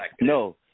No